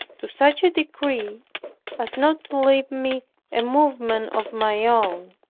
to such a degree as not to leave me a movement of my own